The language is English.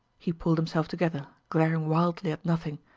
he pulled himself together, glaring wildly at nothing.